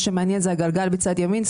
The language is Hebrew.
מה שמעניין זה הגלגל בצד ימין,